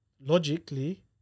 Logically